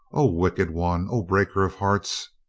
o wicked one! o breaker of hearts!